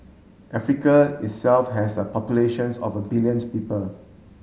Africa itself has a populations of a billions people